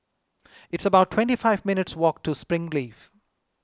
It's about twenty five minutes' walk to Springleaf